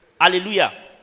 hallelujah